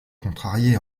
contrarié